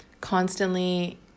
constantly